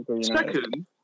second